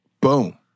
Boom